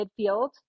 midfield